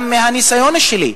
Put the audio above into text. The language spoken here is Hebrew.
גם מהניסיון שלי,